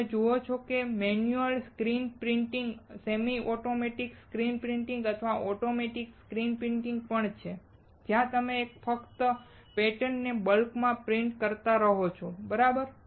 તમે જુઓ છો કે manual screen printing semi automatic screen printing અને ઑટોમૅટિક સ્ક્રીન પ્રિન્ટિંગ પણ છે જ્યાં તમે ફક્ત પેટર્નને બલ્કમાં પ્રિંટ કરતા રહો છો બરાબર